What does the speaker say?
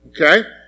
Okay